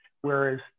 whereas